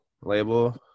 label